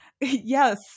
Yes